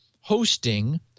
hosting